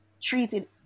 treated